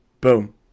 Boom